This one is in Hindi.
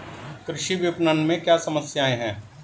कृषि विपणन में क्या समस्याएँ हैं?